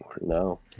No